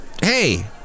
Hey